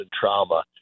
trauma